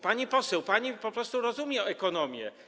Pani poseł, pani po prostu rozumie ekonomię.